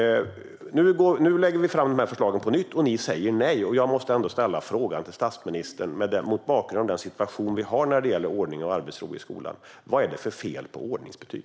Nu lägger vi fram de här förslagen på nytt, och ni säger nej. Jag måste ändå ställa frågan till statsministern mot bakgrund av den situation vi har när det gäller ordning och arbetsro i skolan: Vad är det för fel på ordningsbetyg?